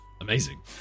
Amazing